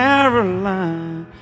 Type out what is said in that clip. Caroline